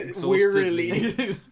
Wearily